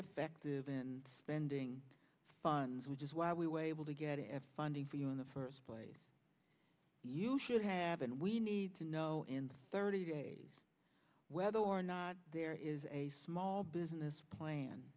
effective in spending funds which is why we way will to get it funding for you in the first place you should have and we need to know in thirty days whether or not there is a small business